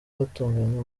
hatunganywa